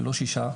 ולא שישה.